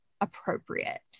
appropriate